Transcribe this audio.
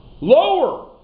Lower